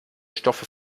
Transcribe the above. stoffe